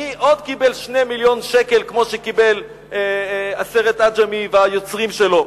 מי עוד קיבל 2 מיליוני שקל כמו שקיבל הסרט "עג'מי" והיוצרים שלו?